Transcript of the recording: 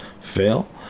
fail